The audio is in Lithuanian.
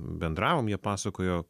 bendravom jie pasakojo